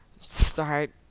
start